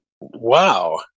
Wow